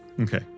Okay